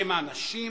הם אנשים,